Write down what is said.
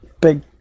Big